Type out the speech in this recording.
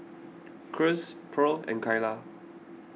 Cruz Purl and Kylah